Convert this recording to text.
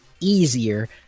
easier